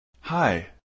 Hi